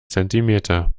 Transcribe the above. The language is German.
zentimeter